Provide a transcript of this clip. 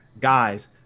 guys